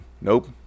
Nope